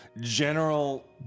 General